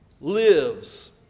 lives